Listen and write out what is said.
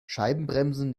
scheibenbremsen